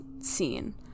scene